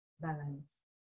balance